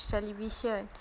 Television